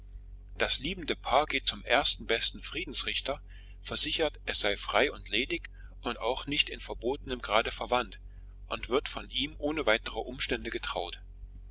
das liebende paar geht zum ersten besten friedensrichter versichert es sei frei und ledig auch nicht in verbotenem grade verwandt und wird von ihm ohne weitere umstände getraut